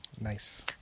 Nice